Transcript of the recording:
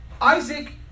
Isaac